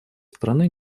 страны